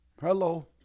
Hello